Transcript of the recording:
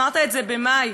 אמרת את זה במאי